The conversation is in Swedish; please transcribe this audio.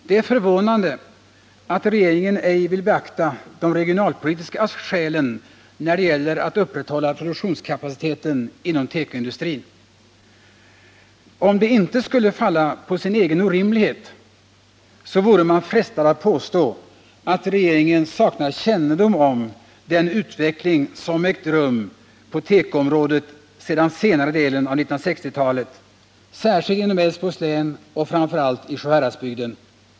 Det är förvånande att regeringen ej vill beakta de regionalpolitiska skälen när det gäller att upprätthålla produktionskapaciteten inom tekoindustrin. Om det inte skulle falla på sin egen orimlighet, så vore man frestad att påstå, att regeringen saknar kännedom om den utveckling som ägt rum på tekoområdet sedan senare delen av 1960-talet, särskilt inom Älvsborgs län och framför allt i Sjuhäradsbygden.